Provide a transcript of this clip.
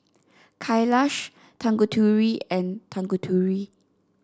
Kailash Tanguturi and Tanguturi